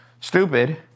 stupid